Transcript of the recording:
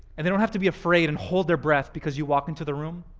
and they don't have to be afraid and hold their breath because you walked into the room,